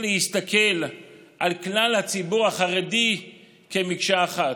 להסתכל על כלל הציבור החרדי כמקשה אחת.